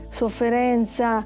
sofferenza